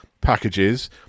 packages